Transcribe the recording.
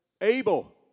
Abel